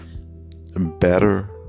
better